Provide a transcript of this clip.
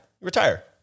Retire